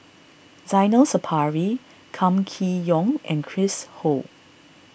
Zainal Sapari Kam Kee Yong and Chris Ho